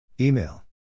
email